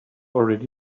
already